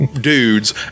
dudes